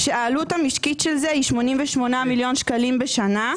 שהעלות המשקית של זה היא 88 מיליון שקלים בשנה.